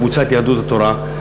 לקבוצת יהדות התורה,